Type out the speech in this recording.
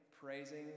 praising